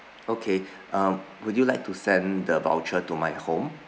okay um would you like to send the voucher to my home